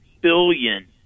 billion